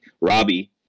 Robbie